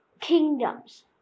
kingdoms